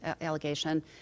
allegation